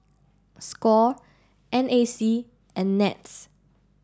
Score N A C and NETS